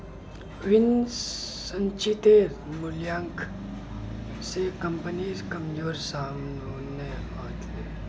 विभिन्न संचितेर मूल्यांकन स कम्पनीर कमजोरी साम न व ले